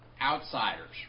outsiders